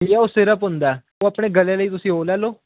ਉਹ ਸਿਰਪ ਹੁੰਦਾ ਉਹ ਆਪਣੇ ਗਲੇ ਲਈ ਤੁਸੀਂ ਉਹ ਲੈ ਲਓ